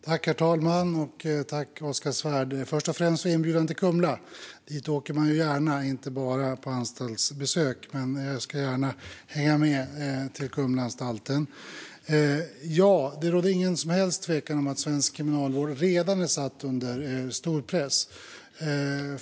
Herr talman! Tack, Oskar Svärd, först och främst för inbjudan till Kumla! Dit åker man ju gärna, inte bara på anstaltsbesök, men jag hänger gärna med till Kumlaanstalten. Det råder inget som helst tvivel om att svensk kriminalvård redan är satt under stor press.